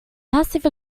passive